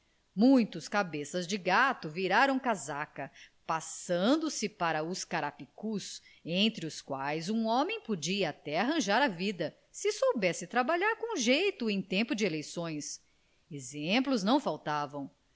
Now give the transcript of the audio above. muitos cabeças de gato viraram casaca passando se para os carapicus entre os quais um homem podia até arranjar a vida se soubesse trabalhar com jeito em tempo de eleições exemplos não faltavam